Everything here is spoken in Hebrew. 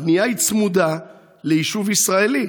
הבנייה היא צמודה ליישוב ישראלי.